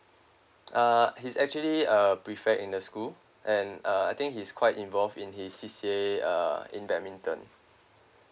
uh he's actually a prefect in the school and uh I think he's quite involved in his C_C_A uh in badminton